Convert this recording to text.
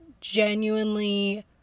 genuinely